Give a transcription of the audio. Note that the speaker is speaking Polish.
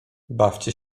bawcie